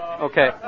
Okay